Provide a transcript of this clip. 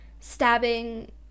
stabbing